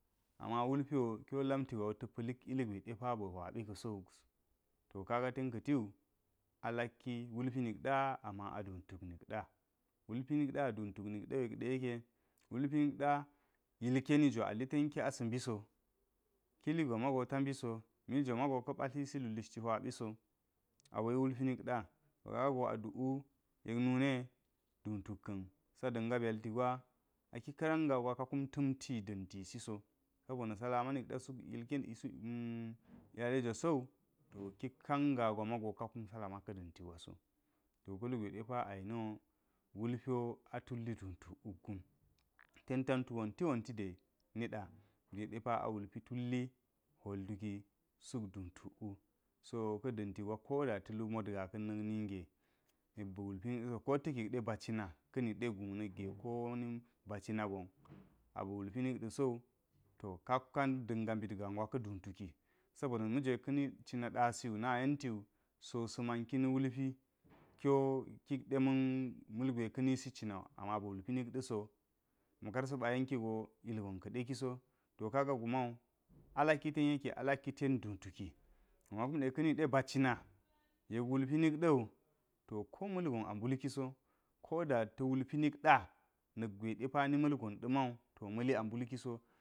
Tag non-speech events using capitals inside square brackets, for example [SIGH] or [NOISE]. Ama wulpi kiwo lamtigwa ta pa̱lik ilgwe ba̱ hwabi ka̱so. To kaga ten ka̱tiwu alakki wulpi nikɗa ama aduu tuk nikda, lalulpi nik ɗa aduu, nik ɗa ke wulpi nik ɗa yilkeni gwa a ti ten ki asa bibi so, kili gwa mago ta mbiso mil jwa hwa biso, awai wulpi nik da. To kaga go a dukwu yek nuneye ɗuu tuk ka̱n sa̱ da̱nga byalti gwa, aki karanga gwa ka kumtamti da̱nti siso. Sobo na̱ galama nik ɗa suk yilkeni [HESITATION] lalyalai jwa so wu to ki kan gaa gwa mawu ka kum gelama ten da̱nti gwa so. To ka̱lugwe depa ayewo wulpi wo a tutli duu tuk wuggu. Ten tantu wonti wonti de niɗa gweɗe pa awulpi tulli hwol tuk suk duu tuk wu. To ka̱ da̱ntigwa koda ka̱lu motga ka̱n na̱k ninge yek ba̱ wulpi nik ɗa̱so, ko ta̱ kik ɗe ba cina kani de guu nigga kowoni b’a cina go aba̱ wulpu nik ɗa̱sowu to kap kar ka da̱nga mbit gaa gwa ka duu tuki. Sabo na̱ magwe ka̱ni cina da̱siwu na yenti wu so sa̱ man ki na̱ wulpi kiwi kikɗe mati malgwe ka̱ nisi cinawu aba̱ wulpi nak ɗa̱so tan kar sa̱ ba̱ yenkigo ilgon ka̱ɗe kigo to kaga gumawu a lakki ten duu tuki. Ama kume ka̱ niɗe ba cina yek wulpi nik da̱wu to ko ma̱lgona a mbulki so ko da ta wulpi nikɗa na̱k gwe ɗepa ni malgon damawu to ma̱li a mbulkiso.